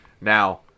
Now